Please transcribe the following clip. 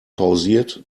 pausiert